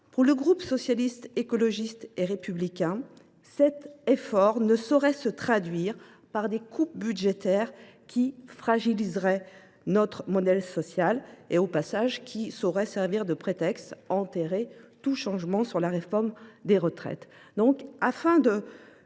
Pour le groupe Socialiste, Écologiste et Républicain, cet effort ne saurait se traduire par des coupes budgétaires qui fragiliseraient notre modèle social. Il ne saurait non plus servir de prétexte pour enterrer toute modification de la réforme des retraites.